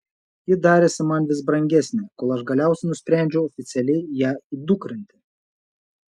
ji darėsi man vis brangesnė kol aš galiausiai nusprendžiau oficialiai ją įdukrinti